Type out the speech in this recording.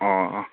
ꯑꯣ ꯑꯣ